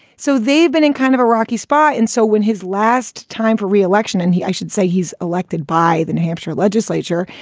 so they've been in kind of a rocky spot. and so when his last time for re-election and he i should say, he's elected by the new hampshire legislature,